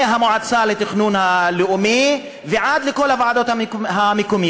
מהמועצה הארצית לתכנון ועד לכל הוועדות המקומיות,